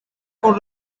con